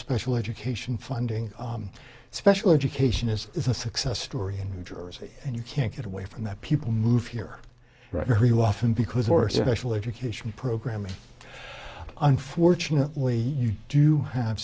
special education funding special education is is a success story in new jersey and you can't get away from that people move here right where you often because or special education programs unfortunately you do have